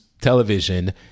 television